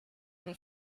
own